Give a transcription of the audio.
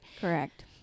Correct